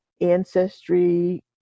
ancestry